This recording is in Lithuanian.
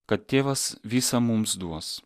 kad tėvas visa mums duos